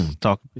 Talk